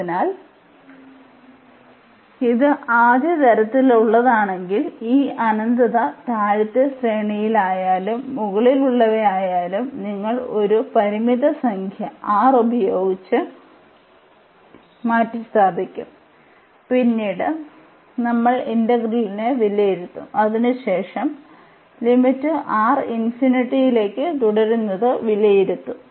അതിനാൽ ഇത് ആദ്യ തരത്തിലുള്ളതാണെങ്കിൽ ഈ അനന്തത താഴത്തെ ശ്രേണിയിലായാലും മുകളിലുള്ളവയിലായാലും നിങ്ങൾ ഒരു പരിമിത സംഖ്യ R ഉപയോഗിച്ച് മാറ്റിസ്ഥാപിക്കും പിന്നീട് നമ്മൾ ഇന്റഗ്രലിനെ വിലയിരുത്തും അതിനുശേഷം ലിമിറ്റ് R യിലേക്ക് തുടരുന്ന്ത് വിലയിരുത്തും